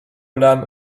lame